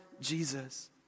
Jesus